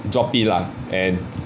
drop it lah and